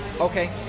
Okay